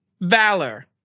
valor